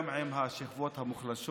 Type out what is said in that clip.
גם לא עם השכבות המוחלשות,